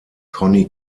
conny